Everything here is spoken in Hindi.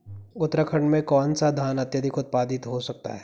उत्तराखंड में कौन सा धान अत्याधिक उत्पादित हो सकता है?